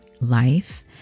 life